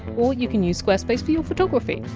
or you can use squarespace for your photography,